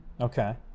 Okay